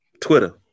Twitter